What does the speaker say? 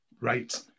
Right